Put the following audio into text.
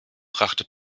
brachte